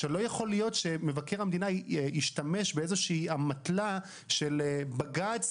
לא יכול להיות שמבקר המדינה ישתמש באמתלה שבג"ץ